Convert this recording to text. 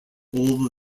all